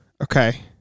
okay